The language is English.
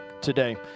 today